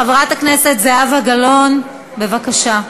חברת הכנסת זהבה גלאון, בבקשה.